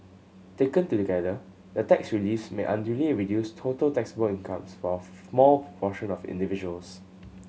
taken together the tax reliefs may unduly reduce total taxable incomes for a small proportion of individuals